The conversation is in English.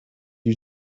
you